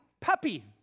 puppy